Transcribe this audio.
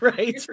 Right